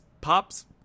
pops